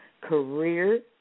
career